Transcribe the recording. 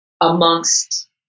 amongst